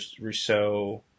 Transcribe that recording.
Rousseau